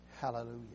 Hallelujah